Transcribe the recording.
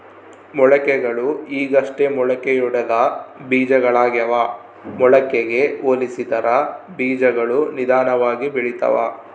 ಮೊಳಕೆಗಳು ಈಗಷ್ಟೇ ಮೊಳಕೆಯೊಡೆದ ಬೀಜಗಳಾಗ್ಯಾವ ಮೊಳಕೆಗೆ ಹೋಲಿಸಿದರ ಬೀಜಗಳು ನಿಧಾನವಾಗಿ ಬೆಳಿತವ